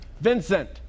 Vincent